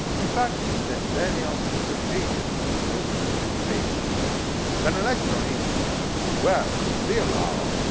in fact, nat daniel was a genius of cost optimization danelectro instruments were and still are,